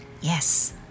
Yes